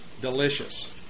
delicious